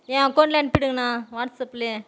என் அக்கௌண்டில் அனுப்பிடுங்கண்ணா வாட்ஸ்ஆப்லேயே